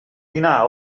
dinar